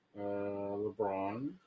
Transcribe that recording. LeBron